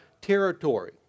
territory